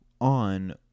on